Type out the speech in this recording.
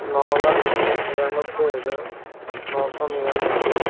নলাখ নিৰানব্বৈ হাজাৰ নশ নিৰানব্বৈ